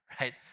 right